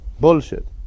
bullshit